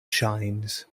shines